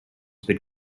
but